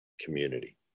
community